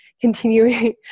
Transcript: continuing